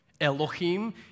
Elohim